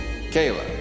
Kayla